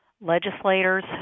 legislators